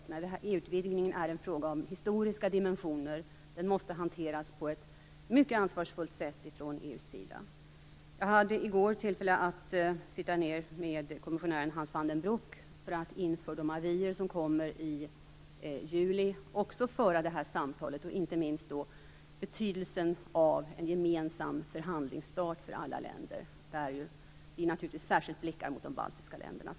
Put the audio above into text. EU-utvidgningen är en fråga som har historiska dimensioner. Den måste hanteras på ett mycket ansvarsfullt sätt av EU. I går hade jag tillfälle att sitta ned med kommissionären Hans van den Broek för att också föra det här samtalet inför de avier som kommer i juli. Det gäller inte minst betydelsen av en gemensam förhandlingsstart för alla länder. Där blickar vi naturligtvis särskilt mot de baltiska länderna.